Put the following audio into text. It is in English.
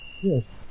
Yes